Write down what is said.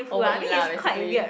overeat lah basically